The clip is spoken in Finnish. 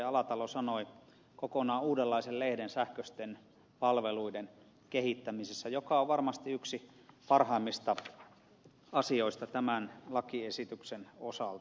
alatalo sanoi kokonaan uudenlaisen lehden sähköisten palveluiden kehittämisessä mikä on varmasti yksi parhaimmista asioista tämän lakiesityksen osalta